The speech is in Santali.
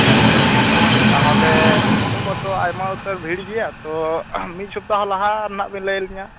ᱦᱮᱸ ᱦᱮᱸ ᱛᱟᱦᱚᱞᱮ ᱱᱤᱛᱚᱜ ᱢᱟᱛᱳ ᱟᱭᱢᱟ ᱩᱛᱟᱹᱨ ᱵᱷᱤᱲ ᱜᱮᱭᱟ ᱛᱚ ᱢᱤᱫ ᱥᱚᱯᱛᱟᱦᱚ ᱞᱟᱦᱟ ᱨᱮ ᱱᱟᱜ ᱵᱮᱱ ᱞᱟᱹᱭ ᱟᱞᱤᱧᱟᱹ